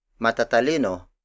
Matatalino